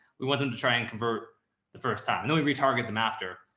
we want them to try and convert the first time. no, we re target them after.